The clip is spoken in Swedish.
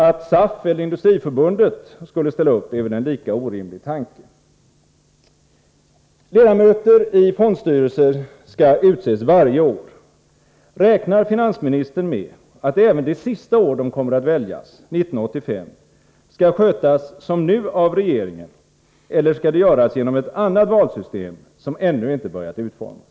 Att SAF eller Industriförbundet skulle ställa upp är en lika orimlig tanke. Ledamöter i fondstyrelser skall utses varje år. Räknar finansministern med att det även det sista år de kommer att väljas, 1985, skall skötas som nu av regeringen, eller skall det göras genom ett annat valsystem, som ännu inte börjat utformas?